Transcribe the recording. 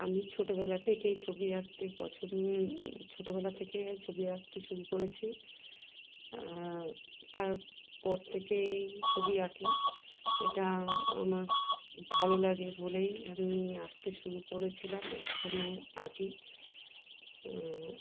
আমি ছোটোবেলা থেকেই ছবি আঁকতে পছন্দ ছোটোবেলা থেকে ছবি আঁকতে শুরু করেছি তারপর থেকেই ছবি আঁকি এটা আমার ভালো লাগে বলেই আমি আঁকতে শুরু করেছিলাম এখনও আঁকি